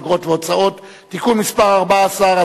אגרות והוצאות (תיקון מס' 14),